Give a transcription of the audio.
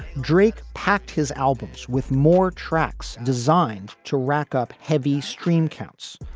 drake packed his albums with more tracks designed to rack up heavy stream counts.